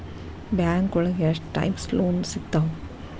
ಬ್ಯಾಂಕೋಳಗ ಎಷ್ಟ್ types loan ಸಿಗ್ತಾವ?